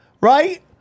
right